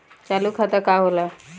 चालू खाता का होला?